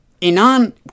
Inan